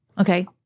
Okay